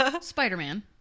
Spider-Man